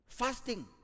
Fasting